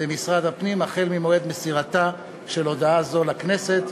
במשרד הפנים החל ממועד מסירתה של הודעה זו לכנסת.